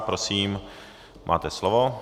Prosím, máte slovo.